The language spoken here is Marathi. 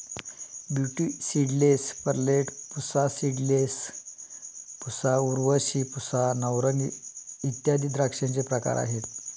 beauty seedless, Perlette, Pusa seedless, Pusa Urvashi, Pusa Navrang इत्यादी द्राक्षांचे प्रकार आहेत